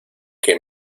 que